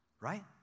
right